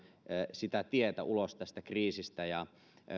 sitä tietä ulos tästä kriisistä